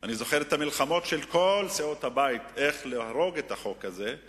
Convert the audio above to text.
אני זוכר את המלחמות של כל סיעות הבית איך להרוג את החוק הזה,